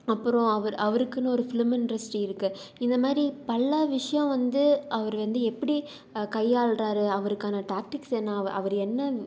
அப்புறம் அவர் அவருக்குன்னு ஒரு ஃபிலிம் இண்டஸ்ட்ரி இருக்குது இந்த மாதிரி பல விஷயம் வந்து அவர் வந்து எப்படி கையாளுகிறாரு அவருக்கான டாக்ட்டிக்ஸ் என்ன அவ அவர் என்ன